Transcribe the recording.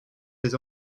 les